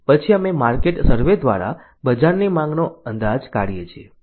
પછી અમે market survey દ્વારા બજારની માંગનો અંદાજ કાઢીએ છીએ